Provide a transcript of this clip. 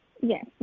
Yes